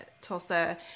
Tulsa